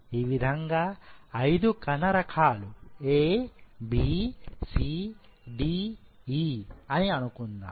ఈ విధంగా 5 కణ రకాలు A B C D E అని అనుకుందాం